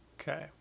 okay